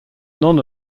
non